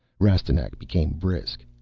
rastignac became brisk.